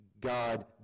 God